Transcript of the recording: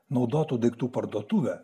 naudotų daiktų parduotuvę